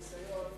מניסיון,